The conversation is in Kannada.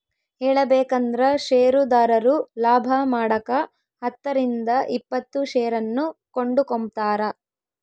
ಹೇಳಬೇಕಂದ್ರ ಷೇರುದಾರರು ಲಾಭಮಾಡಕ ಹತ್ತರಿಂದ ಇಪ್ಪತ್ತು ಷೇರನ್ನು ಕೊಂಡುಕೊಂಬ್ತಾರ